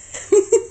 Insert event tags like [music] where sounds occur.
[noise]